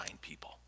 people